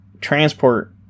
transport